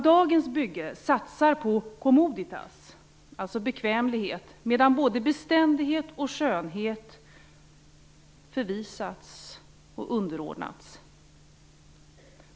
Dagens bygge satsar på commoditas, alltså bekvämlighet, medan både beständighet och skönhet förvisas eller underordnas.